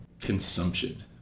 consumption